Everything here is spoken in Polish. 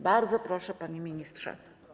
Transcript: Bardzo proszę, panie ministrze.